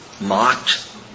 mocked